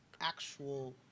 actual